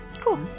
Cool